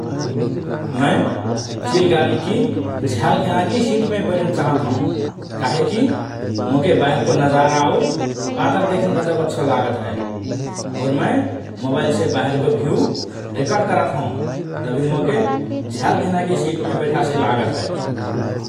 मए चिलगाडीकि झ्याल घेनाकि सिटमे बैठन चाहत हओं काहिकी मोके बाहेरको नजारा और बादर देखन गजब अच्छो लागत हए । और मए मोबइलसे बाहेरको भिउ रेकर्ड करत हओं तभि मोके झ्याल घेनाकि सिटमे बैठासि लागत हए ।